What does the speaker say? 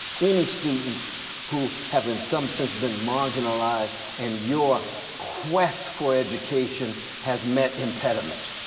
any students who have in some sense been marginalized and your quest for education has met impediments.